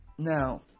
Now